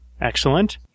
Excellent